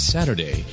Saturday